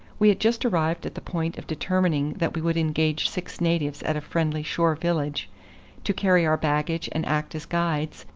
we had just arrived at the point of determining that we would engage six natives at a friendly shore village to carry our baggage and act as guides,